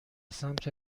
سمت